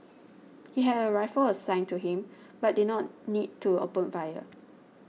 he had a rifle assigned to him but did not need to open fire